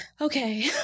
okay